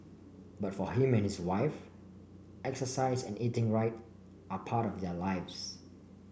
but for him and his wife exercise and eating right are part of their lives